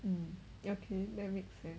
mm okay that makes sense